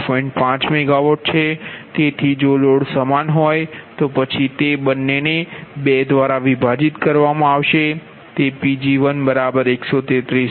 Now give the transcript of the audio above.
5 MW છે તેથી જો લોડ સમાન હોય તો પછી તે બંને ને 2 દ્વારા વિભાજિત કરવામાં આવશે તે Pg1 133